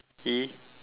E